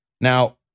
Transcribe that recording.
Now